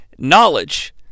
knowledge